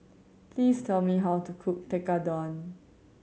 please tell me how to cook Tekkadon